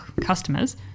customers